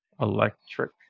Electric